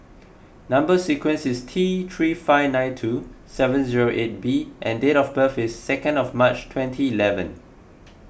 Number Sequence is T three five nine two seven zero eight B and date of birth is second of March twenty eleven